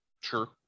Sure